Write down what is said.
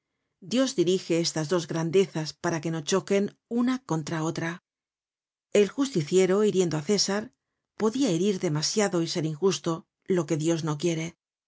dios dirige estas dos grandezas para que no choquen una contra otra el justiciero hiriendo á césar podia herir demasiado y ser injusto lo que dios no quiere las